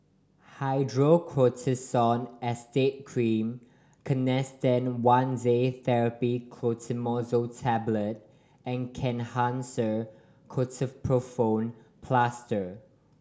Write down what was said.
Hydrocortisone Acetate Cream Canesten One Day Therapy Clotrimazole Tablet and Kenhancer Ketoprofen Plaster